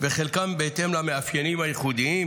וחלקם בהתאם למאפיינים ייחודיים: